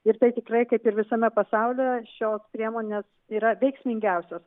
ir tai tikrai kaip ir visame pasaulyje šios priemonės yra veiksmingiausios